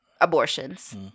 abortions